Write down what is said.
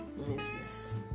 Mrs